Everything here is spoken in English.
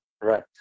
Right